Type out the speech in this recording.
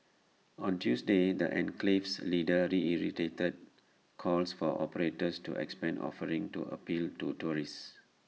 on Tuesday the enclave's leaders reiterated calls for operators to expand offerings to appeal to tourists